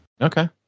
Okay